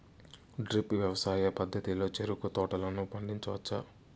drip వ్యవసాయ పద్ధతిలో చెరుకు తోటలను పండించవచ్చా